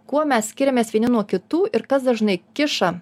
kuo mes skiriamės vieni nuo kitų ir kas dažnai kiša